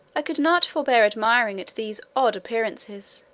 i could not forbear admiring at these odd appearances,